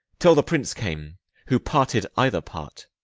till the prince came, who parted either part.